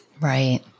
Right